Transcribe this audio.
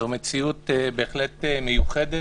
זו מציאות בהחלט מיוחדת,